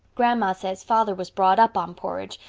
grandma says father was brought up on porridge,